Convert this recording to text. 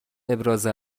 ابراز